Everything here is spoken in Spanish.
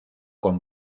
con